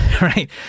right